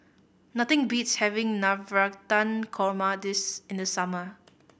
nothing beats having Navratan Korma this in the summer